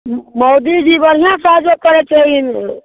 मोदीजी बढ़िआँ काजो करै छै ई